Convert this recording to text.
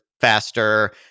faster